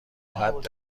ابهت